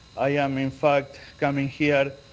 i am in fact coming here